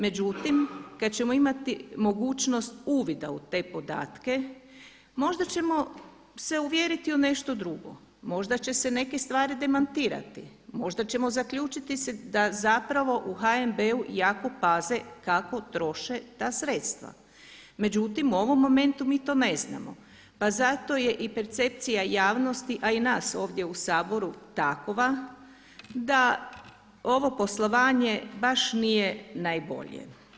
Međutim kada ćemo imati mogućnost uvida u te podatke možda ćemo se uvjeriti u nešto drugo, možda će se neke stvari demantirati, možda ćemo zaključiti da zapravo u HNB-u jako paze kako troše ta sredstva, međutim u ovom momentu mi to ne znamo pa zato je i percepcija javnosti a i nas ovdje u Saboru takva da ovo poslovanje baš nije najbolje.